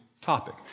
topic